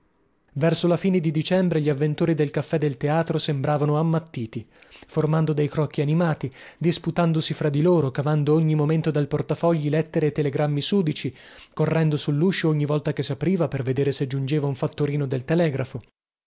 verso la fine di dicembre gli avventori del caffè del teatro sembravano ammattiti formando dei crocchi animati disputandosi fra di loro cavando ogni momento dal portafogli lettere e telegrammi sudici correndo sulluscio ogni volta che sapriva per vedere se giungeva un fattorino del telegrafo